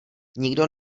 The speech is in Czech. nikdo